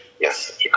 yes